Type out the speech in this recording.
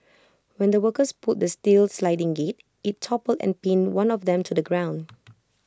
when the workers pulled the steel sliding gate IT toppled and pinned one of them to the ground